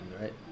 right